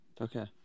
Okay